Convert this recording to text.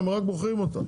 הם רק מוכרים אותן.